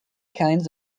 kinds